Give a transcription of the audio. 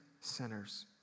sinners